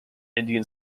indian